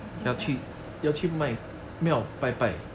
okay um